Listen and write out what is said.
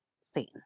seen